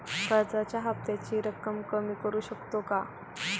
कर्जाच्या हफ्त्याची रक्कम कमी करू शकतो का?